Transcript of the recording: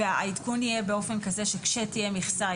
והעדכון יהיה באופן כזה שכאשר תהיה מכסה,